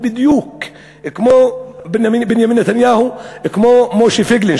בדיוק כמו בנימין נתניהו וכמו משה פייגלין,